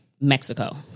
Mexico